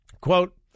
Quote